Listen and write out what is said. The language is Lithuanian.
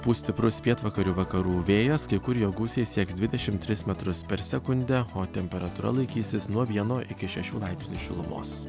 pūs stiprus pietvakarių vakarų vėjas kai kur jo gūsiai sieks dvidešimt tris metrus per sekundę o temperatūra laikysis nuo vieno iki šešių laipsnių šilumos